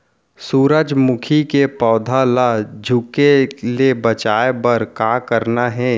सूरजमुखी के पौधा ला झुके ले बचाए बर का करना हे?